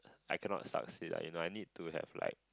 I cannot succeed lah you know I need to have like